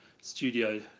studio